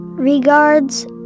Regards